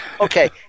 Okay